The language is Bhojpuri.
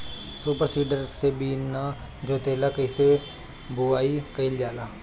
सूपर सीडर से बीना जोतले कईसे बुआई कयिल जाला?